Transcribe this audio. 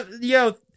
yo